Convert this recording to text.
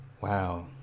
Wow